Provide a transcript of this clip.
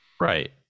Right